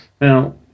Now